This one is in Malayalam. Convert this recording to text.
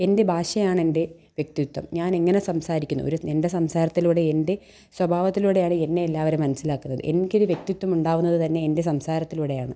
എൻ്റെ ഭാഷയാണെൻ്റെ വ്യക്തിത്വം ഞാനെങ്ങനെ സംസാരിക്കുന്നു ഒരു എൻ്റെ സംസാരത്തിലൂടെ എൻ്റെ സ്വഭാവത്തിലൂടെയാണ് എന്നെ എല്ലാവരും മനസിലാക്കുന്നത് എനിക്കൊരു വ്യക്തിത്വം ഉണ്ടാവുന്നത് തന്നെ എൻ്റെ സംസാരത്തിലൂടെയാണ്